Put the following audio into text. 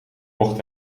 mocht